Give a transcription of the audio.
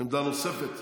עמדה נוספת?